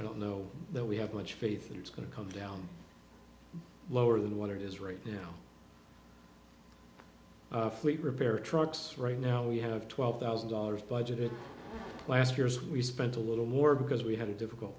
i don't know that we have much faith it's going to come down lower than what it is right now fleet repair trucks right now we have twelve thousand dollars budget last year is we spent a little more because we had a difficult